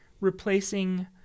replacing